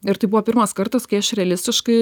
ir tai buvo pirmas kartas kai aš realistiškai